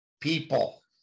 people